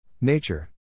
Nature